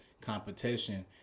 competition